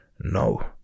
No